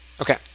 Okay